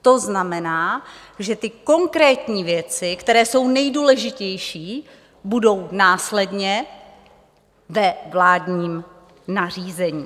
To znamená, že ty konkrétní věci, které jsou nejdůležitější, budou následně ve vládním nařízení.